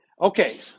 Okay